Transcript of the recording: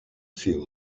few